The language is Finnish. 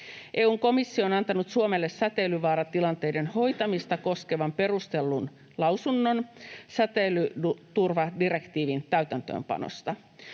EU:n komissio on antanut Suomelle säteilyvaaratilanteiden hoitamista koskevan perustellun lausunnon säteilyturvadirektiivin täytäntöönpanosta.